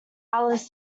alice